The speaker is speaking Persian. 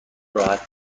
راحت